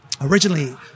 originally